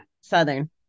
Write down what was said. Southern